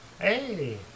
Hey